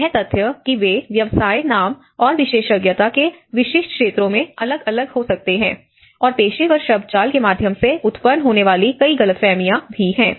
यह तथ्य कि ये व्यवसाय नाम और विशेषज्ञता के विशिष्ट क्षेत्रों में अलग अलग हो सकते हैं और पेशेवर शब्दजाल के माध्यम से उत्पन्न होने वाली कई गलतफहमियां भी हैं